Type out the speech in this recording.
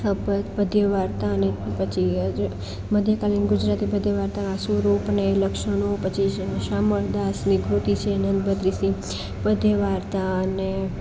પદ્ય વાર્તા અને પછી જે મધ્યકાલીન ગુજરાતી પદ્ય વાર્તાના સ્વરૂપને લક્ષણો પછી સામળ દાસની ખૂટી છે નનભદ્રિસી પદ્ય વાર્તા અને